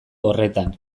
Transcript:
horretan